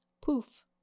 Poof